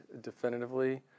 definitively